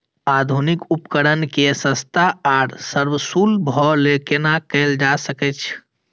आधुनिक उपकण के सस्ता आर सर्वसुलभ केना कैयल जाए सकेछ?